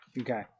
Okay